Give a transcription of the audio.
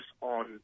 on